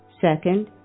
Second